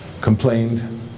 complained